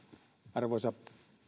arvoisa